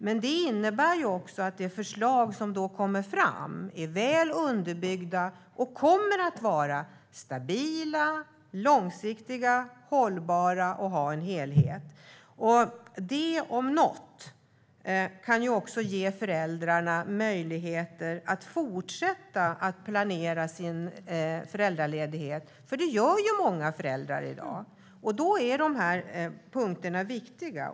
Men det kommer också att innebära att de förslag som kommer fram är väl underbyggda. De kommer att vara stabila, långsiktiga, hållbara och ha en helhet. Det om något kan ju ge föräldrarna möjlighet att fortsätta planera sin föräldraledighet. Det gör nämligen många föräldrar i dag, och då är dessa punkter viktiga.